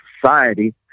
society